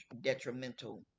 detrimental